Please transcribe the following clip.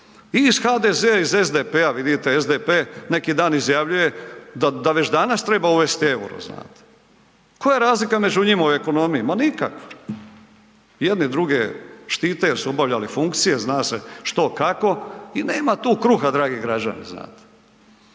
iz HDZ-a, iz SDP-a, vidite, SDP neki dan izjavljuje da već danas treba uvesti euro, znate? Koja je razlika među njima u ekonomiji? Ma nikakva. Jedni druge štite jer su obavljali funkcije, zna se što, kako i nema tu kruha, dragi građani, znate?